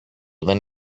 δεν